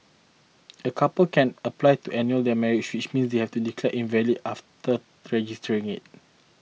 a couple can apply to annul their marriage which means to have it declared invalid after registering it